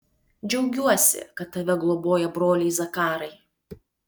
džiaugiuosi kad tave globoja broliai zakarai